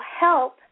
help